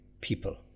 people